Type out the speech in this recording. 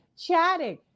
chatting